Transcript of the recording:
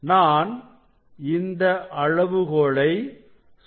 நான் இந்த அளவுகோலை சுற்றுகிறேன்